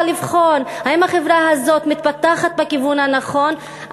אם אני רוצה לבחון אם החברה הזאת מתפתחת בכיוון הנכון,